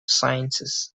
sciences